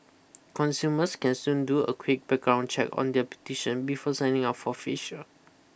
consumers can soon do a quick background check on their beautician before signing up for a facial